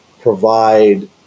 provide